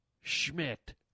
Schmidt